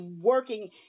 working